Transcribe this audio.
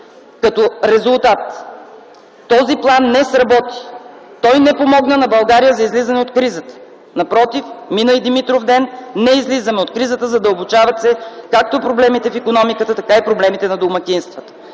Като резултат - този план не сработи. Той не помогна на България за излизане от кризата. Напротив, мина и Димитровден, но не излизаме от кризата. Задълбочават се както проблемите в икономиката, така и проблемите на домакинствата.